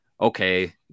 okay